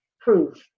proof